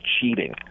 cheating